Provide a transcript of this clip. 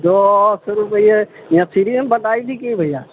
दश रूपए मैथिलीमे बताबिही की भैआ